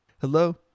Hello